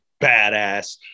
badass